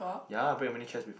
ya I break how many chairs before